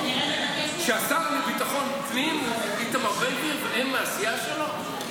כשהשר לביטחון לאומי איתמר בן גביר והם מהסיעה שלו?